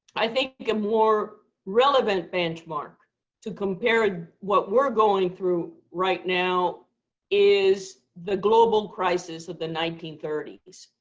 i think a more relevant benchmark to compare what we're going through right now is the global crisis of the nineteen thirty s,